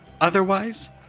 Otherwise